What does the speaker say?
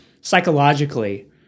psychologically